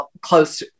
close